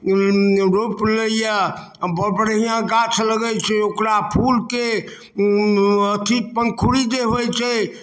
रोपि लइए बड़ बढ़िआँ गाछ लगै छै ओकर फूलके अथी पङ्खुड़ी जे होइ छै